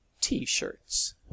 T-Shirts